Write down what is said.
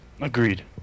Agreed